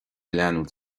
leanúint